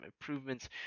improvements